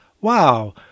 Wow